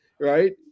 right